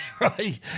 Right